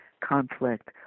conflict